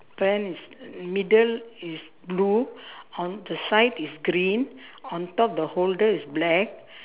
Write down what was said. pram is middle is blue on the side is green on top the holder is black